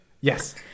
Yes